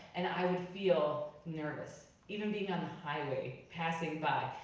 and i would feel nervous. even being on the highway passing by.